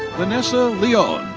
vanessa leon.